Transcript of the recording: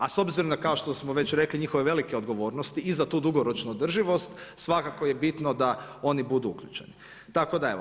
A s obzirom kao što smo već rekli njihove velike odgovornosti i za tu dugoročnu održivost svakako je bitno da oni budu uključeni, tako da evo.